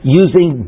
using